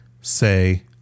Say